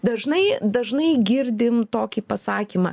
dažnai dažnai girdim tokį pasakymą